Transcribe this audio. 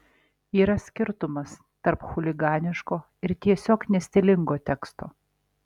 yra skirtumas tarp chuliganiško ir tiesiog nestilingo teksto